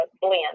blend